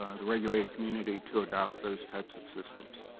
regulator community to adopt those types of systems.